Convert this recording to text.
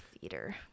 theater